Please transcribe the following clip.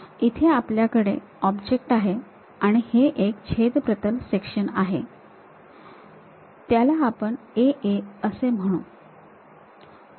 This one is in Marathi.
इथे आपल्याकडे ऑब्जेक्ट आहे आणि हे एक छेद प्रतल सेक्शन आहे त्याला आपण A A असे म्हणू